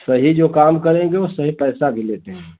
सही जो काम करेंगे उससे ही पैसा भी लेते हैं